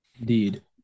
Indeed